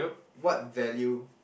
what value